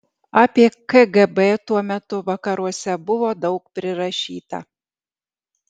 apie kgb tuo metu vakaruose buvo daug prirašyta